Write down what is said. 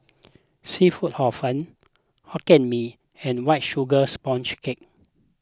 Seafood Hor Fun Hokkien Mee and White Sugar Sponge Cake